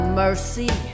mercy